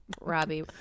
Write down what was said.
Robbie